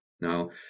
Now